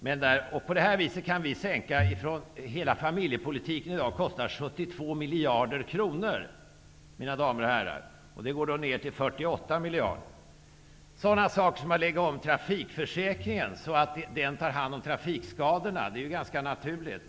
Hela familjepolitiken kostar i dag, mina damer och herrar, 72 miljarder kronor. Med Ny demokratis politik skulle kostnaden sänkas till 48 miljarder kronor. Att lägga om trafikförsäkringen, så att trafikskadorna tas om hand, är ganska naturligt.